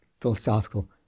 philosophical